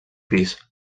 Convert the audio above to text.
pis